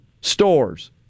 stores